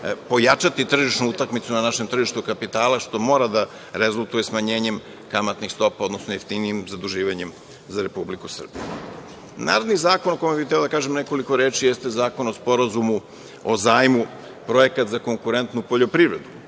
pojačati tržišnu utakmicu na našem tržištu kapitala, što mora da rezultuje smanjenjem kamatnih stopa, odnosno jeftinijim zaduživanjem za Republiku Srbiju. Naredni zakon o kome bih hteo da kažem nekoliko reči jeste Zakon o sporazumu o zajmu, projekat za konkurentnu poljoprivredu.